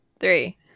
three